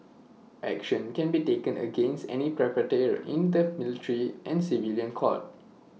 action can be taken against any perpetrator in the military and civilian court